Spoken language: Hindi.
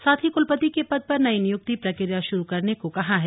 साथ ही कुलपति के पद पर नई नियुक्ति प्रकिया शुरू करने को कहा है